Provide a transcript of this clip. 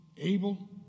able